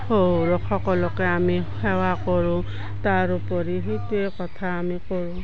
শহুৰ সকলোকে আমি সেৱা কৰোঁ তাৰপৰি সেইটোৱে কথা আমি কৰোঁ